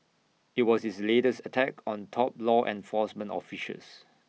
IT was his latest attack on top law enforcement officials